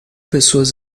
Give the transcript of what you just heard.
pessoas